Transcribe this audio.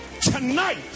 tonight